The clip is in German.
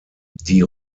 die